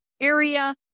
area